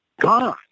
gone